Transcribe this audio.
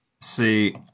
See